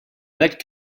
lac